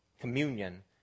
communion